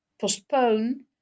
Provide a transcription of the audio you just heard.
postpone